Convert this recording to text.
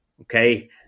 Okay